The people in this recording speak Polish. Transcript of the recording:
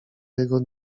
jego